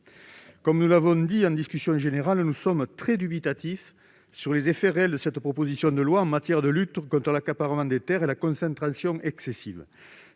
Comme nous l'avons dit en discussion générale, nous sommes très dubitatifs sur les effets réels de cette proposition de loi en matière de lutte contre l'accaparement des terres et contre la concentration excessive,